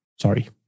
Sorry